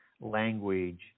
language